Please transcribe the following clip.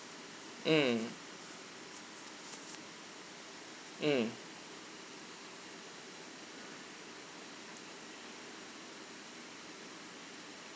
mm mm